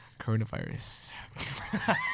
coronavirus